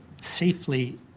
safely